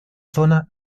zona